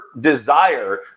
desire